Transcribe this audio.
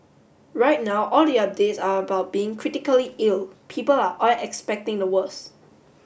right now all the updates about being critically ill people are all expecting the worse